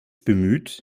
bemüht